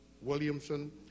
Williamson